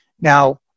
Now